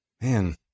Man